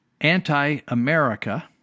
anti-America